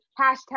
hashtag